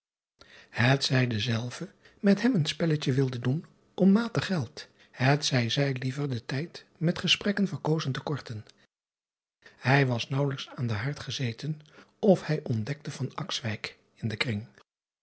zij dezelve met hem een spelletje wilden doen om matig geld het zij zij liever den tijd met gesprekken verkozen te korten ij was naauwelijks aan den haard gezeten of hij ontdekte in den kring